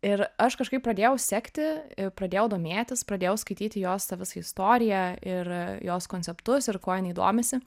ir aš kažkaip pradėjau sekti pradėjau domėtis pradėjau skaityti jos tą visą istoriją ir jos konceptus ir kuo jinai domisi